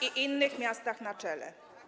i innych miastach na czele.